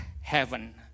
heaven